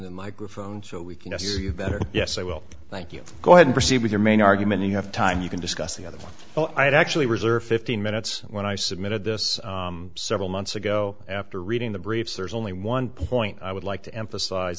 the microphone so we can know you better yes i will thank you go ahead and proceed with your main argument you have time you can discuss the other one i had actually reserve fifteen minutes when i submitted this several months ago after reading the briefs there's only one point i would like to emphasize